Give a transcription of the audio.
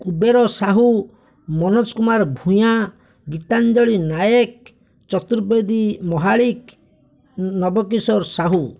Kuber Sahu Manoj Kumar Bhuyan Gitanjali Nayak Chaturvedi Mahalik Nabakishore Sahu